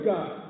God